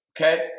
Okay